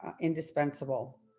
indispensable